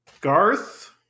Garth